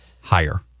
higher